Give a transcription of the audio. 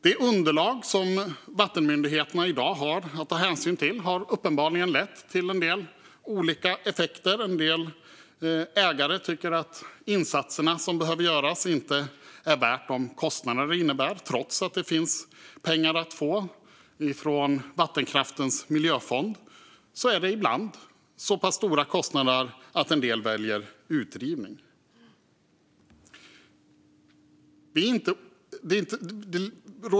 De underlag som vattenmyndigheterna i dag har att ta hänsyn till har uppenbarligen lett till en del olika effekter. En del ägare tycker att insatserna som behöver göras inte är värda de kostnader de innebär. Trots att det finns pengar att få från Vattenkraftens miljöfond är det ibland så pass stora kostnader att en del väljer utrivning.